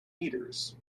meters